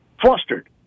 flustered